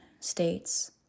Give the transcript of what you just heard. States